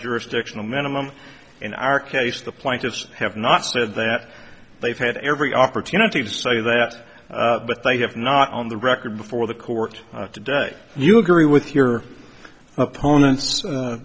jurisdictional minimum in our case the plaintiffs have not said that they've had every opportunity to say that but they have not on the record before the court today you agree with your opponent